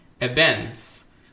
events